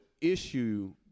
issue